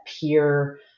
peer